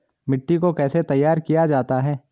मिट्टी को कैसे तैयार किया जाता है?